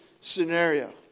scenario